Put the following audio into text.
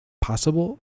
possible